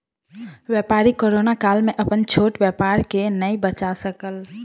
व्यापारी कोरोना काल में अपन छोट व्यापार के नै बचा सकल